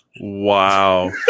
Wow